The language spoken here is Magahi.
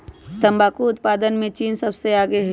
तंबाकू उत्पादन में चीन सबसे आगे हई